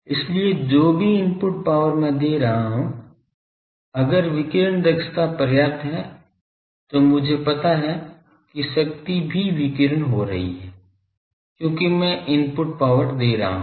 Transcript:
इसलिए जो भी इनपुट पावर मैं दे रहा हूं अगर विकिरण दक्षता पर्याप्त है तो मुझे पता है कि शक्ति भी विकीर्ण हो रही है क्योंकि मैं इनपुट पावर दे रहा हूं